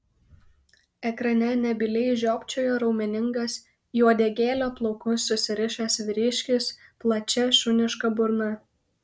ekrane nebyliai žiopčiojo raumeningas į uodegėlę plaukus susirišęs vyriškis plačia šuniška burna